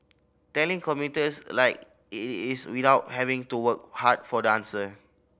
telling commuters like it is without having to work hard for the answer